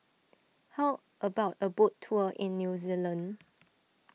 how about a boat tour in New Zealand